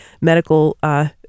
medical